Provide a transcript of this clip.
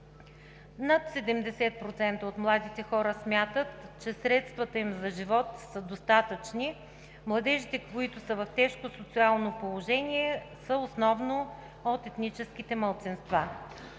Над 70% от младите хора смятат, че средствата им за живот са достатъчни. Младежите, които са в тежко социално положение, са основно от етническите малцинства.